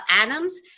atoms